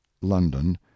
london